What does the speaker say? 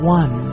one